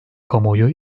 kamuoyu